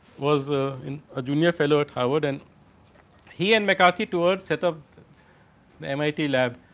was a and ah junior fellow at howard and he and mccarthy towards set of the mit lab